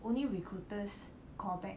only recruiters callback